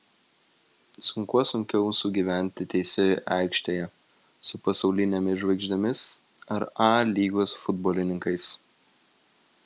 su kuo sunkiau sugyventi teisėjui aikštėje su pasaulinėmis žvaigždėmis ar a lygos futbolininkais